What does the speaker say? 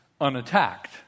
unattacked